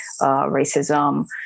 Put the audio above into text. racism